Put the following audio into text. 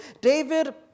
David